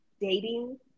dating